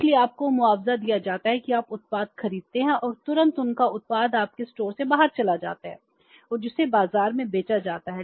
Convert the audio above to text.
इसलिए आपको मुआवजा दिया जाता है कि आप उत्पाद खरीदते हैं और तुरंत उनका उत्पाद आपके स्टोर से बाहर चला जाता है और जिसे बाजार में बेचा जाता है